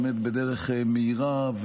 בדרך מהירה,